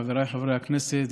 חבריי חברי הכנסת,